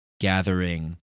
gathering